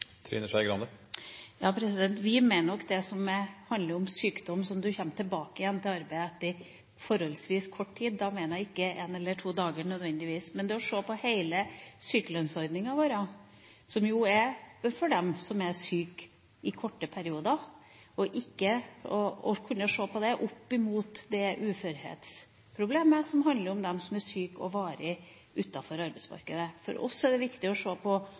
Vi mener nok det som handler om sykdom, der du kommer tilbake til arbeid etter forholdsvis kort tid. Da mener jeg ikke nødvendigvis en eller to dager, men det å kunne se på hele sykelønnsordninga vår, som jo er for dem som er syke i korte perioder, opp mot det uførhetsproblemet som handler om dem som er syke og varig utenfor arbeidsmarkedet. For oss er det viktig å se på